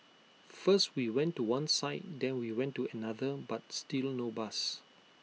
first we went to one side then we went to another but still no bus